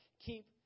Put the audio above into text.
keep